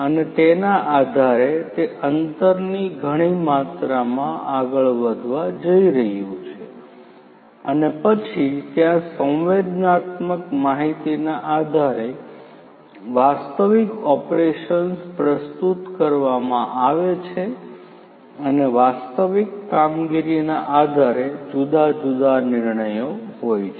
અને તેના આધારે તે અંતરની ઘણી માત્રામાં આગળ વધવા જઈ રહ્યું છે અને પછી ત્યાં સંવેદનાત્મક માહિતીના આધારે વાસ્તવિક ઓપરેશન્સ પ્રસ્તુત કરવામાં આવે છે અને વાસ્તવિક કામગીરીના આધારે જુદા જુદા નિર્ણયો હોય છે